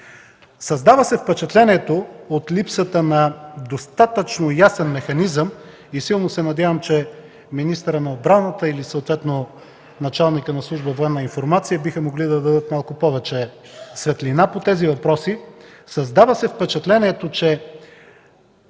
Създава се впечатлението от липсата на достатъчно ясен механизъм. Силно се надявам, че министърът на отбраната или съответно началникът на служба „Военна информация” биха могли да дадат малко повече светлина по тези въпроси. Създава се впечатлението, че